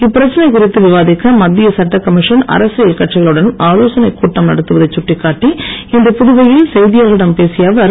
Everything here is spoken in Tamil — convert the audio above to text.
இப்பிரச்சனை குறித்து விவாதிக்க மத்திய சட்ட கமிஷன் அரசியல் கட்சிகளுடன் ஆலோசனை கூட்டம் நடத்துவதை சுட்டிக்காட்டி இன்று புதுவையில் செய்தியாளர்களிடம் பேசிய அவர்